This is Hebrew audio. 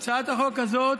הצעת החוק הזאת